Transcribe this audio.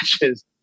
matches